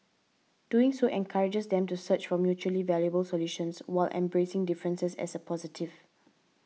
doing so encourages them to search for mutually valuable solutions while embracing differences as a positive